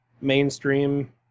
mainstream